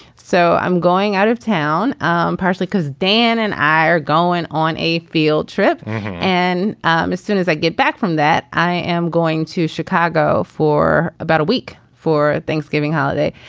so i'm going out of town um partially because dan and i are going on a field trip and as soon as i get back from that. i am going to chicago for about a week for thanksgiving holiday.